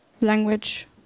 language